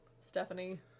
Stephanie